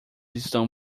estão